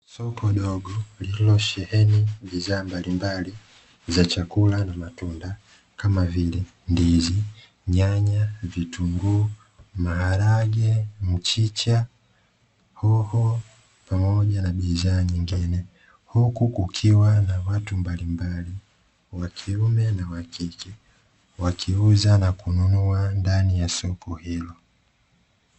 Soko dogo lililosheheni bidhaa mbalimbali za chakula na matunda, kama vile; ndizi nyanya, vitunguu, maharage, mchicha, hoho pamoja na bidhaa nyingine, huku kukiwa na watu mbalimbali, wa kiume na wa kike, wakiuza na kununua ndani ya soko hilo.